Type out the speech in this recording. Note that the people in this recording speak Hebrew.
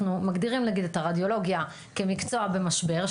אנחנו מגדירים נגיד את הרדיולוגיה כמקצוע במשבר,